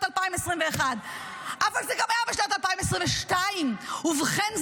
2021. אבל זה גם היה בשנת 2022. ובכן,